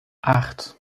acht